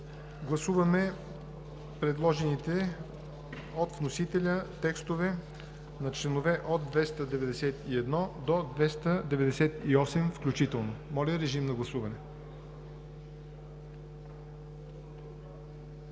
Гласуваме предложените от вносителя текстове на членове от 291 до 298 включително. Гласували